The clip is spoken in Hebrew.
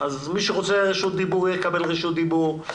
ואפשר לקדם אותם